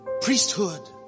Priesthood